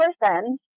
person